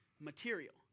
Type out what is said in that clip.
material